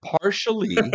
Partially